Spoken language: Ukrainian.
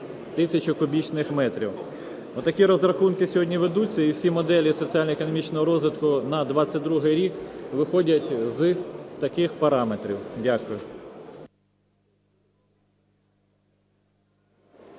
Такі розрахунки сьогодні ведуться і всі моделі соціально-економічного розвитку на 22-й рік виходять з таких параметрів. Дякую.